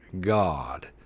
god